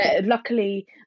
luckily